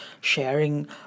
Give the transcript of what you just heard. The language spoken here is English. sharing